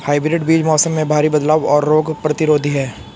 hybrid बीज मौसम में भारी बदलाव और रोग प्रतिरोधी हैं